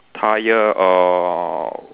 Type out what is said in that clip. tyre uh